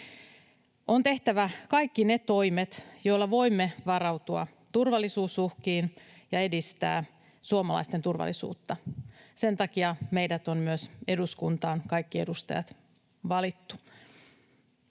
On tehtävä kaikki ne toimet, joilla voimme varautua turvallisuusuhkiin ja edistää suomalaisten turvallisuutta. Sen takia meidät, kaikki edustajat, on myös eduskuntaan valittu.